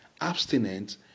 abstinent